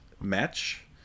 match